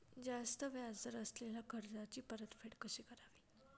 जास्त व्याज दर असलेल्या कर्जाची परतफेड कशी करावी?